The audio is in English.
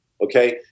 okay